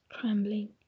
trembling